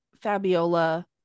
fabiola